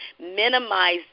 Minimize